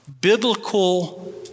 biblical